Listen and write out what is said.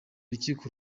urukiko